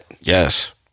Yes